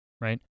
right